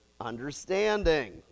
understanding